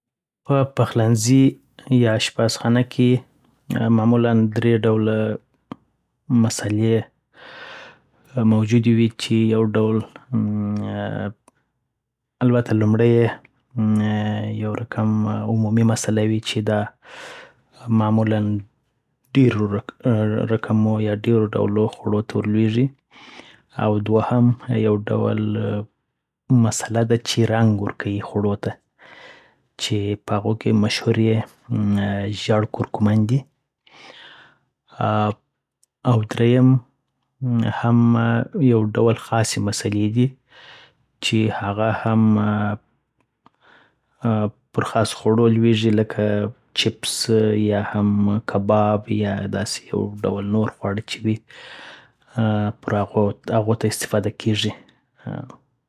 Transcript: په پخلنځی یا اشپزخانه کی معمولا دری ډوله مسلی موجودی وی چی یو ډول یی البته لومړی یی ایی یو رقم عمومی مسله وی چی معمولا ډیرو رقمو یا ډیرو ډولو خوړو ته ور لویږی. دوهم: یو ډول مسله ده چی رنګ ورکوی خوړو ته چی په هغو کی مشهور یی ژیر کورکمن دی اا دریم: هم یو ډول خاصی مسلی دی چی هغه هم مه اا پر خاصو خوړو لویږی لکه چیپس یا هم کباب یا داسی یو ډول نور خواړه چی وی پرهغو هغو ته استفاده کیږی ا